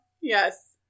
Yes